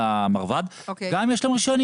למרב"ד גם אם יש להם רישיון נהיגה.